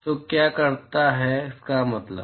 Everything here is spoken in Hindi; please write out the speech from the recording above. तो क्या करता है इसका मतलब